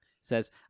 says